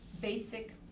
basic